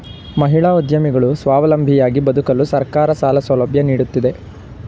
ಮಹಿಳಾ ಉದ್ಯಮಿಗಳು ಸ್ವಾವಲಂಬಿಯಾಗಿ ಬದುಕಲು ಸರ್ಕಾರ ಸಾಲ ಸೌಲಭ್ಯ ನೀಡುತ್ತಿದೆ